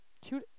Two